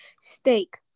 steak